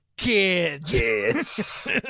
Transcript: Kids